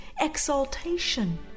exaltation